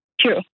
True